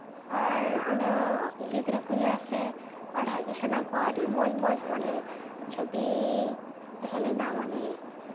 ᱟᱨ ᱚᱱᱟ ᱜᱤᱫᱽᱨᱟᱹ ᱠᱚ ᱧᱮᱞ ᱟᱥᱮ ᱯᱟᱲᱦᱟᱜ ᱜᱮ ᱥᱟᱱᱟ ᱠᱚᱣᱟ ᱟᱹᱰᱤ ᱢᱚᱡᱽ ᱢᱚᱡᱽ ᱢᱟᱱᱮ ᱪᱷᱚᱵᱤ ᱛᱟᱦᱮᱞᱮᱱᱟ ᱢᱟᱱᱮ